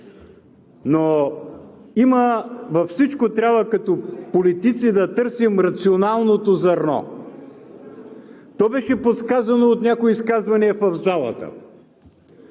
Но във всичко трябва, като политици, да търсим рационалното зърно. То беше подсказано от някои изказвания в залата.